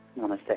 Namaste